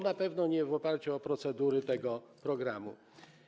Na pewno nie w oparciu o procedury tego programu.